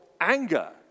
anger